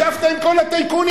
ישבת עם כל הטייקונים.